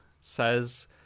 says